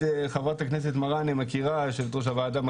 חה"כ יו"ר הוועדה,